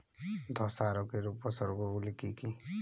ধসা রোগের উপসর্গগুলি কি কি?